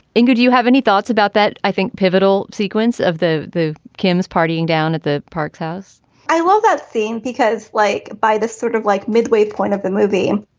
and do you have any thoughts about that i think pivotal sequence of the the kim's partying down at the park says i love that theme because like by this sort of like midway point of the movie